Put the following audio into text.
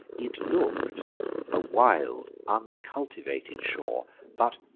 it look'd a wild uncultivated shore but,